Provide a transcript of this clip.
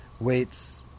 weights